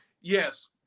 yes